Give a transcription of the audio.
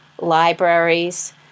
libraries